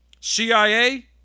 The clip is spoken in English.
CIA